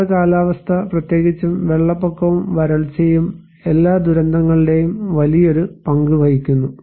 ജല കാലാവസ്ഥാ പ്രത്യേകിച്ചും വെള്ളപ്പൊക്കവും വരൾച്ചയും എല്ലാ ദുരന്തങ്ങളുടെയും വലിയൊരു പങ്ക് വഹിക്കുന്നു